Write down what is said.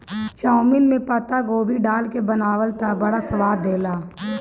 chowmein में पातगोभी डाल के बनावअ तअ बड़ा स्वाद देला